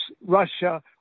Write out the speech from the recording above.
Russia